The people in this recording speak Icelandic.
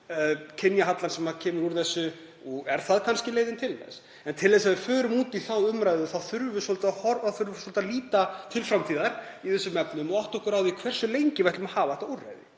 kynjahallann sem kemur úr þessu? Er það kannski leiðin til þess? En til þess að við förum út í þá umræðu þurfum við svolítið að líta til framtíðar í þessum efnum og átta okkur á því hversu lengi við ætlum að hafa þetta úrræði.